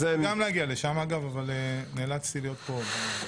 אני גם רציתי להגיע לשם, אבל נאלצתי להיות פה.